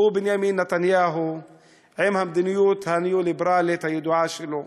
בנימין נתניהו עם המדינות הניאו-ליברלית הידועה שלו.